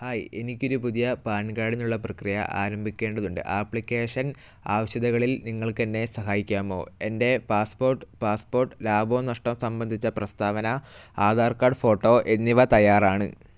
hi എനിക്ക് ഒരു പുതിയ പാൻ കാർഡിനുള്ള പ്രക്രിയ ആരംഭിക്കേണ്ടതുണ്ട് ആപ്ലിക്കേഷൻ ആവശ്യകതകളിൽ നിങ്ങൾക്ക് എന്നെ സഹായിക്കാമോ എൻ്റെ പാസ്പോർട്ട് പാസ്പോർട്ട് ലാഭവും നഷ്ടവും സംബന്ധിച്ച പ്രസ്താവന ആധാർ കാർഡ് ഫോട്ടോ എന്നിവ തയ്യാറാണ്